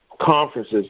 conference's